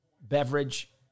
beverage